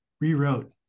rewrote